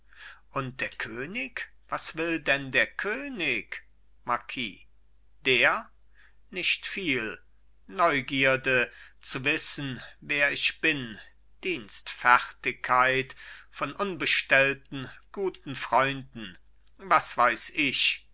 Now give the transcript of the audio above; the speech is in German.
und der könig was will denn der könig marquis der nicht viel neugierde zu wissen wer ich bin dienstfertigkeit von unbestellten guten freunden was weiß ich